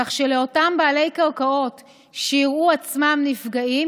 כך שלאותם בעלי קרקעות שיראו עצמם נפגעים,